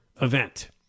event